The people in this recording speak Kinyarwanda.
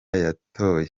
yatoye